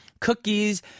cookies